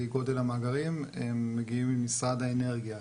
גודל המאגרים מגיעים ממשרד האנרגיה.